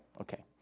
Okay